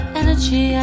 energy